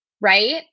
right